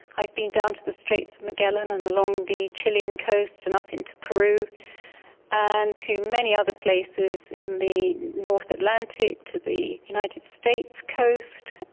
i've been down to the straits of magellan and along the chilean coast and up into peru and to many other places, in the north atlantic, to the united states coast,